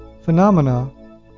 phenomena